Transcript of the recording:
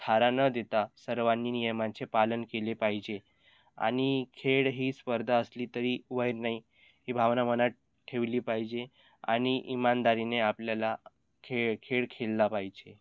थारा न देता सर्वांनी नियमांचे पालन केले पाहिजे आणि खेळ ही स्पर्धा असली तरी वैर नाही ही भावना मनात ठेवली पाहिजे आणि इमानदारीने आपल्याला खेळ खेळ खेळला पाहिजे